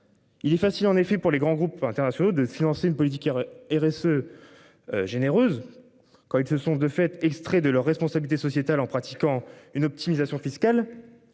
Il est facile en effet pour les grands groupes internationaux de financer une politique. RSE. Généreuse quand ils se sont de fait. Extrait de leur responsabilité sociétale en pratiquant une optimisation fiscale.